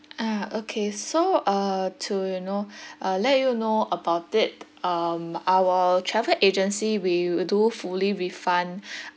ah okay so uh to you know uh let you know about it um our travel agency we will do fully refund